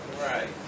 Right